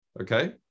Okay